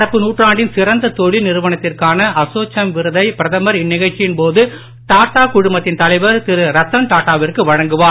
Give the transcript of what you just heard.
நடப்பு நூற்றாண்டின் சிறந்த தொழில் நிறுவனத்திற்கான அசோச்சேம் விருதை பிரதமர் இந்நிகழ்ச்சியின் போது டாடா குழுமத்தின் தலைவர் திரு ரத்தன் டாடாவிற்கு வழங்குவார்